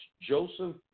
Joseph